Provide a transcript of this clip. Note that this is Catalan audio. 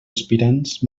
aspirants